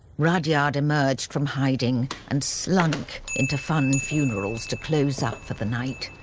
rudyard emerged from hiding and slunk into funn funerals to close up for the night.